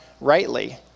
rightly